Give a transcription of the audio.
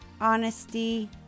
honesty